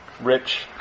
rich